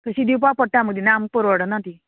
कशी दिवपा पडटा मुगे ना आमकां परवडना ती